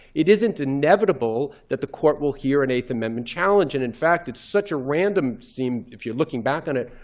it isn't inevitable that the court will hear an eighth amendment challenge. and in fact, it's such a random seem if you're looking back on it,